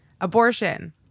abortion